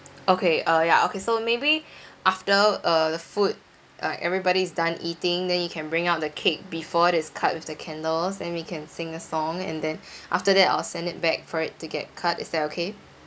okay uh ya okay so maybe after uh the food uh everybody is done eating then you can bring out the cake before it is cut with the candles then we can sing a song and then after that I'll send it back for it to get cut is that okay